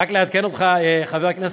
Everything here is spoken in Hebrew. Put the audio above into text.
רק לעדכן אותך, חבר הכנסת,